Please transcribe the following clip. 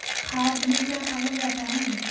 खाद में क्या पाया जाता है?